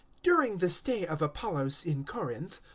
during the stay of apollos in corinth,